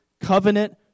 covenant